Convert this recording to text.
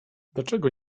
dlaczego